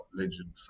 legend